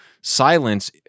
silence